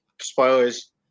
spoilers